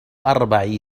أربع